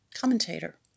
commentator